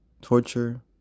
torture